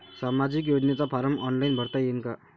सामाजिक योजनेचा form online भरता येईन का?